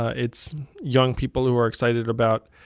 ah it's young people who are excited about